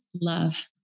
love